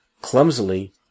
Clumsily